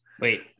Wait